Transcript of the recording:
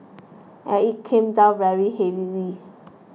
and it came down very heavily